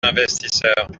investisseurs